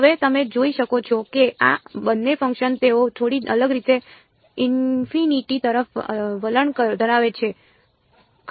હવે તમે જોઈ શકો છો કે આ બંને ફંકશન તેઓ થોડી અલગ રીતે ઇંફિનિટી તરફ વલણ ધરાવે છે ખરા તેઓ થોડી અલગ રીતે ઇંફિનિટી તરફ વલણ ધરાવે છે